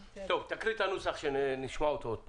טוב, תקריא את הנוסח, שנשמע אותו עוד פעם.